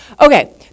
Okay